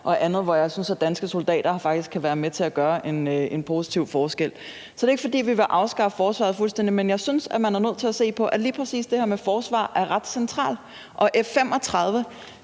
og andet, hvor jeg synes, at danske soldater faktisk kan være med til at gøre en positiv forskel. Så det er ikke, fordi vi vil afskaffe forsvaret fuldstændig, men jeg synes, at man er nødt til at se på, at lige præcis det her med forsvar er ret centralt. Og F-35,